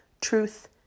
truth